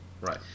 Right